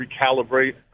recalibrate